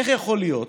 איך יכול להיות